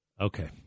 Okay